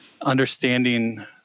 understanding